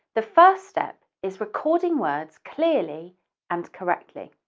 the first step is recording words clearly and correctly.